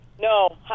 No